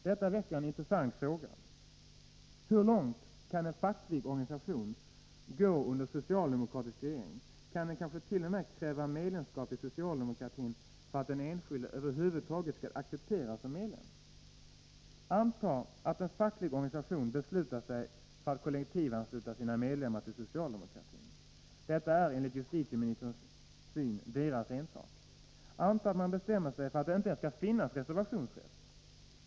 Detta väcker en intressant fråga. Hur långt kan en facklig organisation gå under socialdemokratisk regering? Kan den kanske t.o.m. kräva medlemskap i socialdemokratin för att den enskilde över huvud taget skall accepteras som medlem? Anta att en facklig organisation beslutar sig för att kollektivansluta sina medlemmar till socialdemokratin. Detta är enligt justitieministerns syn deras ensak. Anta att man bestämmer sig för att det inte ens skall finnas reservationsrätt.